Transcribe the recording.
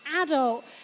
adult